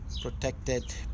protected